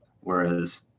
Whereas